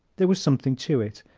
there was something to it.